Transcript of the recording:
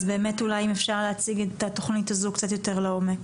אז באמת אולי אם אפשר להציג את התכנית הזו קצת יותר לעומק.